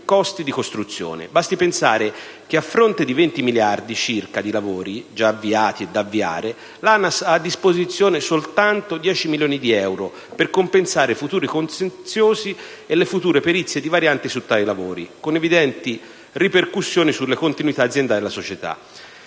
costi di costruzione. Basti pensare che, a fronte di 20 miliardi circa di lavori, già avviati e da avviare, l'ANAS ha a disposizione soltanto 10 milioni di euro, per compensare i futuri contenziosi e le future perizie di variante su tali lavori, con evidenti ripercussioni sulla continuità aziendale della società.